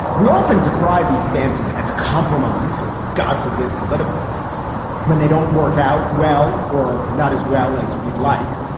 we often decry these stances as compromised or god forbid, political when they don't work out well or not as well as we'd like.